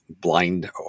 blind